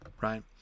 right